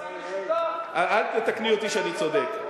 אל תתקני אותי כשאני צודק.